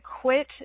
quit